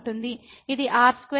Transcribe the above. ఇది r2 అవుతుంది